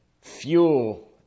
fuel